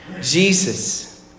Jesus